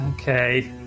Okay